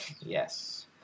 Yes